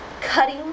Cutting